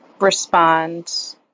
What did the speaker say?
respond